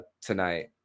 tonight